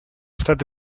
state